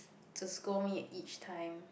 to scold me each time